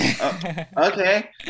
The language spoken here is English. okay